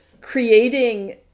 creating